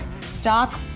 stock